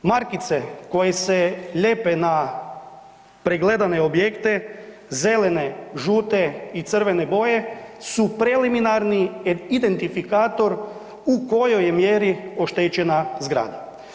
Markice koje se lijepe na pregledane objekte zelene, žute i crvene boje su preliminarni identifikator u kojoj je mjeri oštećena zgrada.